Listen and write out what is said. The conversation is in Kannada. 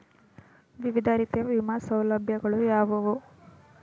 ವಿವಿಧ ರೀತಿಯ ವಿಮಾ ಸೌಲಭ್ಯಗಳು ಯಾವುವು?